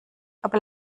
aber